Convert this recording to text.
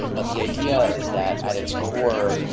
but the idea is that at its core,